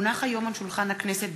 כי הונחו היום על שולחן הכנסת,